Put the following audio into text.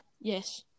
Yes